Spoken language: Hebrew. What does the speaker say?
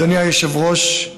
אדוני היושב-ראש,